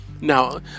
Now